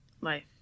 Life